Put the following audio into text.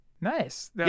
Nice